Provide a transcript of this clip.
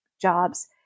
jobs